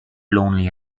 lonely